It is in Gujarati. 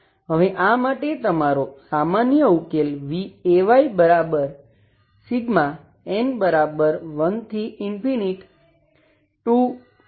હવે આ માટે તમારો સામાન્ય ઉકેલ vayn12Ansinh nπba